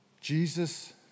Jesus